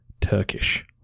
Turkish